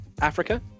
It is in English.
Africa